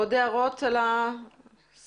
עוד הערות על הסעיפים?